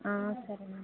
సరేనండి